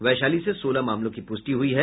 वैशाली से सोलह मामलों की पुष्टि हुई है